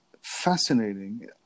fascinating